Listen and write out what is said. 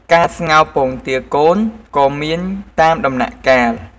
ការស្ងោរពងទាកូនក៏មានតាមដំណាក់កាល។